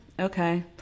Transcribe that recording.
Okay